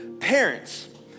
parents